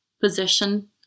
position